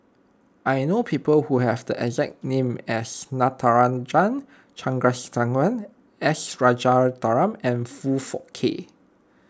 I know people who have the exact name as Natarajan Chandrasekaran S Rajaratnam and Foong Fook Kay